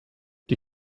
die